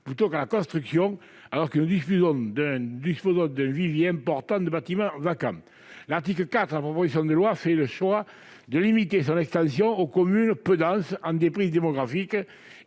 plutôt qu'à la construction, alors que nous disposons d'un vivier important de bâtiments vacants. L'article 4 prévoit d'en limiter l'extension aux communes peu denses en déprise démographique